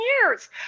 years